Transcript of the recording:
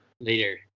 Later